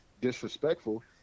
disrespectful